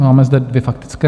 Máme zde dvě faktické;